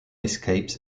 escapes